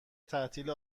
تعطیل